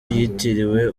yitiriwe